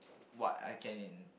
what I can in